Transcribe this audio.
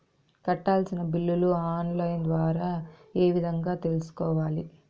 కట్టాల్సిన బిల్లులు online ద్వారా ఏ విధంగా తెలుసుకోవాలి?